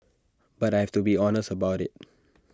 but I've to be honest about IT